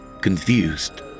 confused